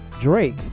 drake